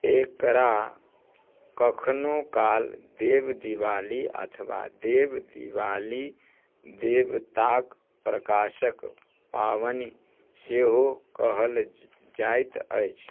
एकरा कखनो काल देव दिवाली अथवा देव दीवाली देवताके प्रकाशके पाबनि सेहो कहल जाइत अछि